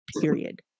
period